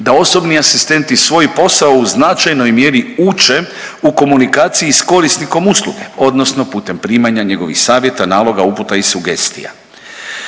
da osobni asistenti uz svoj posao u značajnoj mjeri uče u komunikaciji s korisnikom usluge, odnosno putem primanja njegovih savjeta, naloga, uputa i sugestija.